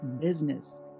business